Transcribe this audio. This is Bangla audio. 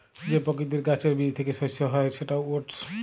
যে পকিতির গাহাচের বীজ থ্যাইকে শস্য হ্যয় সেট ওটস